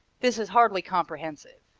this is hardly comprehensive.